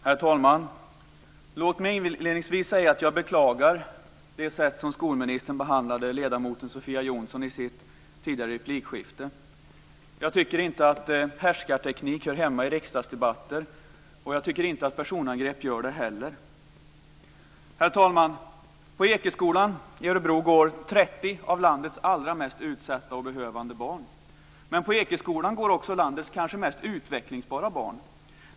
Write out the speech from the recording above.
Herr talman! Låt mig inledningsvis säga att jag beklagar det sätt som skolministern behandlade ledamoten Sofia Jonsson på i sitt tidigare replikskifte. Jag tycker inte att härskarteknik hör hemma i riksdagsdebatter, och jag tycker inte att personangrepp gör det heller. Herr talman! På Ekeskolan i Örebro går 30 av landets allra mest utsatta och behövande barn. Men på Ekeskolan går också landets kanske mest utvecklingsbara barn.